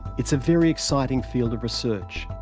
it's a very exciting field of research.